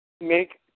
make